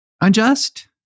unjust